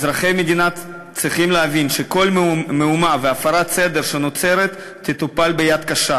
אזרחי המדינה צריכים להבין שכל מהומה והפרת סדר שנוצרת תטופל ביד קשה,